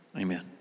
Amen